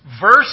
verse